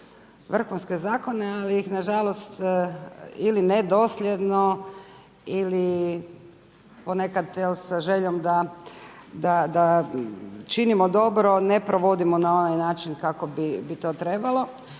vrhunske zakone ali ih nažalost ili nedosljedno ili ponekad sa željom da činimo dobro ne provodimo na onaj način kako bi to trebalo.